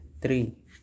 three